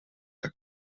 tak